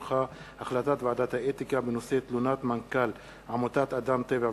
החלטת ועדת האתיקה בנושא תלונת מנכ"ל עמותת "אדם טבע ודין"